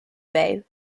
bay